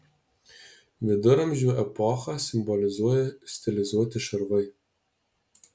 viduramžių epochą simbolizuoja stilizuoti šarvai